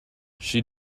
she